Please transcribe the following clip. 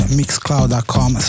mixcloud.com